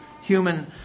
human